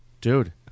Dude